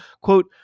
quote